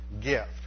gift